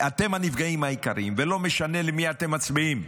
אתם הנפגעים העיקריים, ולא משנה למי אתם מצביעים,